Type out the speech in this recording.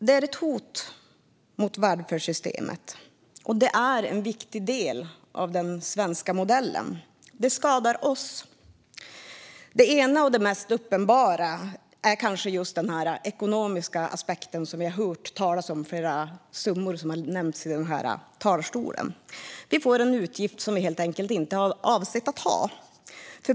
Det är ett hot mot välfärdssystemet, som är en viktig del av den svenska modellen. Det skadar oss. Det ena och det mest uppenbara är den ekonomiska aspekten. Vi har hört flera summor nämnas i talarstolen. Vi får en utgift vi helt enkelt inte avsett att ha.